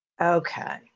Okay